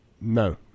No